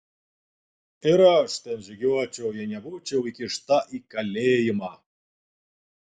ir aš ten žygiuočiau jei nebūčiau įkišta į kalėjimą